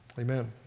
Amen